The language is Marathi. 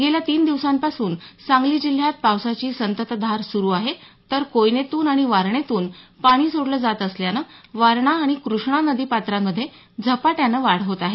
गेल्या तीन दिवसांपासून सांगली जिल्ह्यात पावसाची संततधार सुरू आहे तर कोयनेतून आणि वारणेतून पाणी सोडलं जात असल्यानं वारणा आणि कृष्णानदी पात्रांमध्ये झपाट्यान वाढ होत आहे